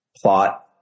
plot